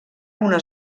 una